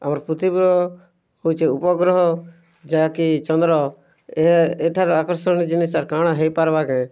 ଆମର୍ ପୃଥିବୀର ହେଉଛେ ଉପଗ୍ରହ ଯାହାକି ଚନ୍ଦ୍ର ଏଠାରୁ ଆକର୍ଷଣୀୟ ଜିନିଷ୍ ଆଉ କାଣା ହେଇ ପାର୍ବା କାଁଏ